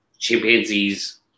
chimpanzees